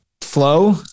flow